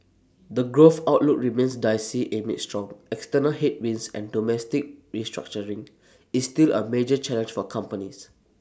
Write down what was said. the growth outlook remains dicey amid strong external headwinds and domestic restructuring is still A major challenge for companies